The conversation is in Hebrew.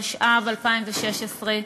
התשע"ו 2016,